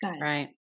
Right